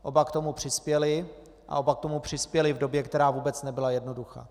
Oba k tomu přispěli a oba k tomu přispěli v době, která vůbec nebyla jednoduchá.